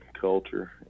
culture